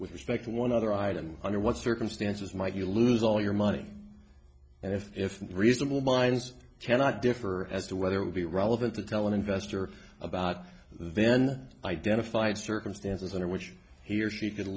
with respect to one other item under what circumstances might you lose all your money and if reasonable minds cannot differ as to whether it would be relevant to tell an investor about then identified circumstances under which he or she could